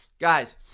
guys